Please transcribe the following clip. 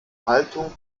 haltung